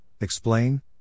explain